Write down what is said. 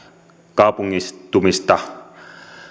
kaupungistumista